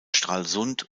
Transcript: stralsund